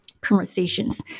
conversations